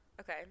Okay